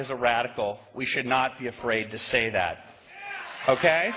is a radical we should not be afraid to say that ok